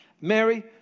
Mary